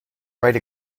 right